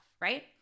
Right